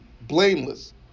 blameless